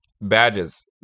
Badges